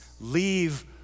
leave